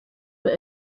but